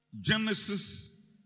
Genesis